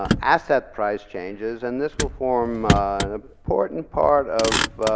ah asset price changes, and this will form an important part of